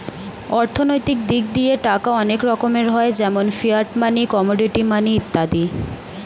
অর্থনৈতিক দিক দিয়ে টাকা অনেক রকমের হয় যেমন ফিয়াট মানি, কমোডিটি মানি ইত্যাদি